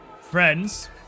friends